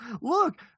look